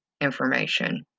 information